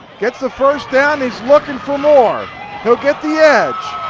gets the first down, he's looking for more. he'll get the edge.